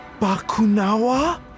Bakunawa